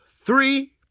three